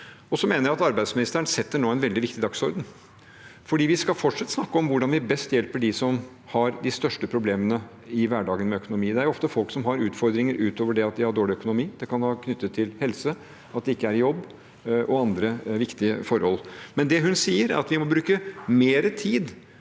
Jeg mener at arbeidsministeren nå setter en veldig viktig dagsorden, for vi skal fortsatt snakke om hvordan vi best hjelper dem som har de største problemene med økonomi i hverdagen. Det er ofte folk som har utfordringer utover det at de har dårlig økonomi. Det kan være knyttet til helse, at de ikke er i jobb eller andre viktige forhold. Det hun sier, er at vi må bruke mer tid